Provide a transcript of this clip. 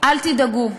אל תדאגו,